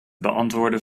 beantwoorden